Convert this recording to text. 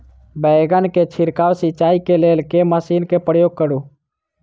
बैंगन केँ छिड़काव सिचाई केँ लेल केँ मशीन केँ प्रयोग करू?